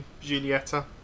Giulietta